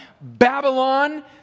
Babylon